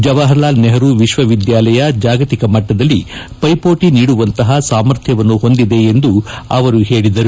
ಜವಾಪರ್ಲಾಲ್ ನೆಹರೂ ವಿಶ್ವವಿದ್ಯಾಲಯ ಜಾಗತಿಕ ಮಟ್ಟದಲ್ಲಿ ಪ್ಲೆಪೋಟಿ ನೀಡುವಂತಹ ಸಾಮರ್ಥ್ಲವನ್ನು ಹೊಂದಿದೆ ಎಂದು ಅವರು ತಿಳಿಸಿದ್ದಾರೆ